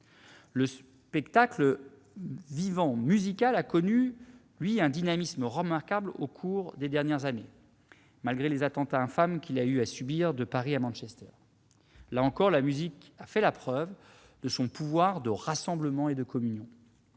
Le spectacle vivant musical a connu un dynamisme remarquable au cours des dernières années, malgré les attentats infâmes qu'il a eu à subir, de Paris à Manchester. Là encore, la musique a fait la preuve de son pouvoir de rassemblement et de communion.